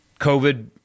COVID